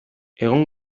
egun